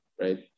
right